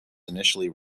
initially